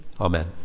Amen